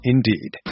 Indeed